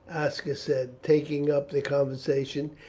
aska said, taking up the conversation,